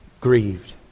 Grieved